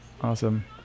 Awesome